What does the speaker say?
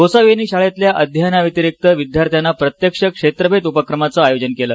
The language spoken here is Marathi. गोसावी यांनी शाळेतल्या अध्ययनाव्यतिरिक्त विद्यार्थ्यांना प्रत्यक्ष क्षेत्रभेट उपक्रमाच आयोजन केल